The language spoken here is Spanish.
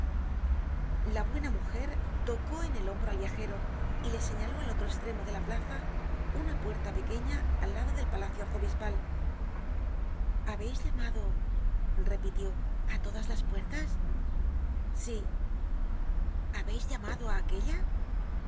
la buena mujer tocó en el hombro al viajero y le señaló al otro estremo de la plaza una puerta pequeña al lado del palacio arzobispal habeis llamado repitió á todas las puertas sí habeis llamado á aquella